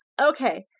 Okay